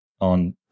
on